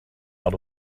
out